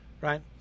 Right